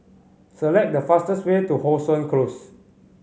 select the fastest way to How Sun Close